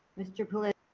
mr. pullizi?